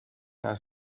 naar